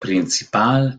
principal